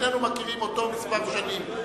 שנינו מכירים אותו שנים מספר.